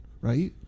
right